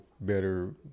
better